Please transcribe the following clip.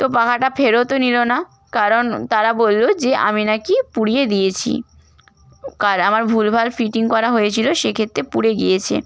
তো পাখাটা ফেরতও নিল না কারণ তারা বললো যে আমি না কি পুড়িয়ে দিয়েছি কার আমার ভুলভাল ফিটিং করা হয়েছিলো সেক্ষেত্রে পুড়ে গিয়েছে